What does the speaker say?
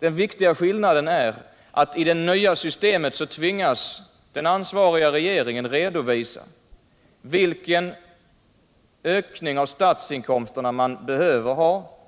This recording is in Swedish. Den viktiga skillnaden är att den ansvariga regeringen i det nya systemet tvingas redovisa vilken ökning av statsinkomsterna man behöver ha,